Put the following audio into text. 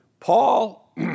Paul